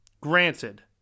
granted